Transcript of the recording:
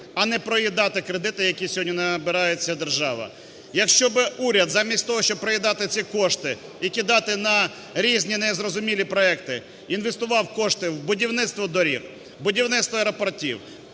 а не проїдати кредити, якими сьогодні набирається держава. Якщо б уряд замість того, щоб проїдати ці кошти і кидати на різні незрозумілі проекти, інвестував кошти в будівництво доріг, будівництво аеропортів,